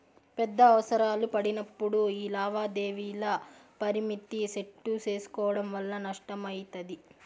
పెద్ద అవసరాలు పడినప్పుడు యీ లావాదేవీల పరిమితిని సెట్టు సేసుకోవడం వల్ల నష్టమయితది